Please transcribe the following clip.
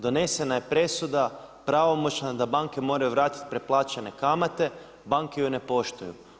Donesena je presuda pravomoćna da banke moraju vratiti preplaćene kamate, banke ju ne poštuju.